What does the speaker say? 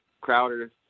Crowder